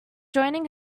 joining